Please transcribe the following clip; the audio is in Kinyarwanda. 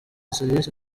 serivisi